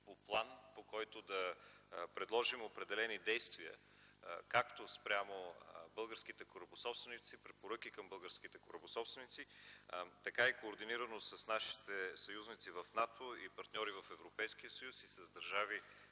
по план, по който да предложим определени действия, както спрямо българските корабособственици, препоръки към българските корабособственици, така и координирано с нашите съюзници в НАТО и партньори в Европейския съюз, както и с държави